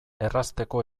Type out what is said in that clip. errazteko